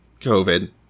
covid